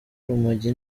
urumogi